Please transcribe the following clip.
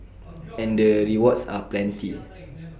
and the rewards are plenty